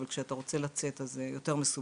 אבל כשאתה רוצה לצאת זה יותר מסובך.